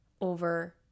over